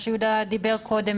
כפי שיהודה אמר קודם,